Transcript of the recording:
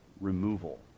removal